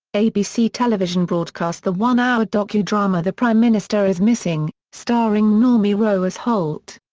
abc television broadcast the one-hour docu-drama the prime minister is missing, starring normie rowe as holt.